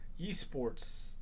Esports